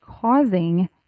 causing